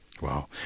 Wow